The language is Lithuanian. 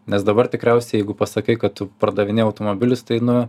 nes dabar tikriausiai jeigu pasakai kad tu pardavinėji automobilius tai nu